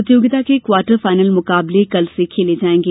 प्रतियोगिता के quarter final मुकाबले कल से खेले जायेंगे